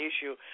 issue